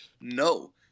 no